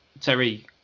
terry